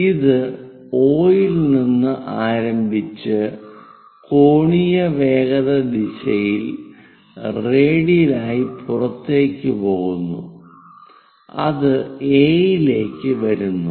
ഇത് O ൽ നിന്ന് ആരംഭിച്ച് കോണീയ വേഗത ദിശയിൽ റേഡിയൽ ആയി പുറത്തുപോകുന്നു അത് എ യിലേക്ക് വരുന്നു